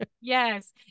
Yes